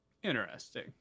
Interesting